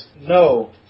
No